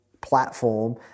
platform